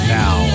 now